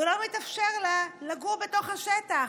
ולא מתאפשר לה לגור בתוך השטח.